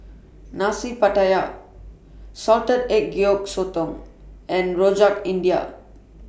Nasi Pattaya Salted Egg Yolk Sotong and Rojak India